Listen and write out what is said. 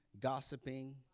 gossiping